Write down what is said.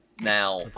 Now